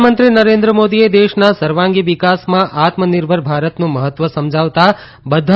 પ્રધાનમંત્રી નરેન્દ્ર મોદીએ દેશના સર્વાંગી વિકાસમાં આત્મનિર્ભર ભારતનું મહત્વ સમજાવતા બધા